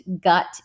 gut